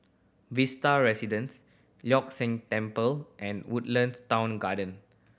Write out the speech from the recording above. Vista Residence Leong San Temple and Woodlands Town Garden